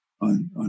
on